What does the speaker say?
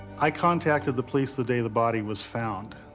i contacted the police the day the body was found.